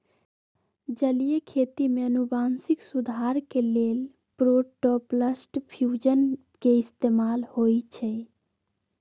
जलीय खेती में अनुवांशिक सुधार के लेल प्रोटॉपलस्ट फ्यूजन के इस्तेमाल होई छई